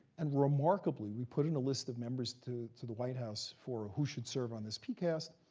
and remarkably, we put in a list of members to to the white house for who should serve on this pcast,